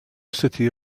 city